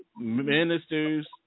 ministers